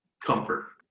comfort